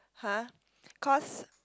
!huh! cause